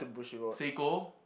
Seiko